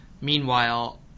Meanwhile